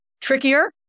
trickier